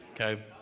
Okay